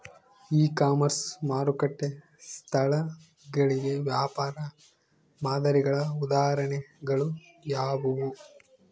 E commerce ಮಾರುಕಟ್ಟೆ ಸ್ಥಳಗಳಿಗೆ ವ್ಯಾಪಾರ ಮಾದರಿಗಳ ಉದಾಹರಣೆಗಳು ಯಾವುವು?